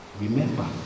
Remember